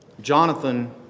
Jonathan